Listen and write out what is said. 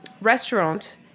restaurant